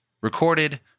Recorded